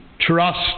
trust